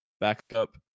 backup